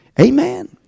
Amen